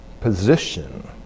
position